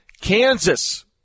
Kansas